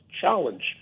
challenge